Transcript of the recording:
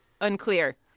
unclear